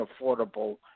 affordable